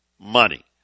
money